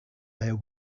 there